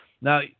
Now